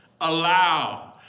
allow